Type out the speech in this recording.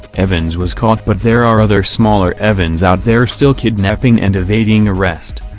evans was caught but there are other smaller evans out there still kidnapping and evading arrest.